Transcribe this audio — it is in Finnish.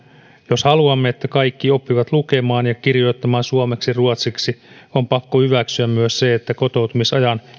jos haluamme että kaikki oppivat lukemaan ja kirjoittamaan suomeksi ruotsiksi on pakko hyväksyä myös se että kotoutumisajan